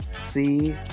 see